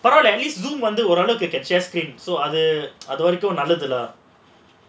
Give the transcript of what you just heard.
but are at least no wonder அது வரைக்கும் நல்லதுல:adhu varaikkum nallathula